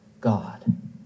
God